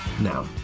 Now